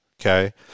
Okay